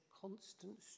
constant